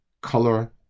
color